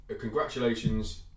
congratulations